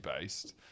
based